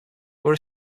where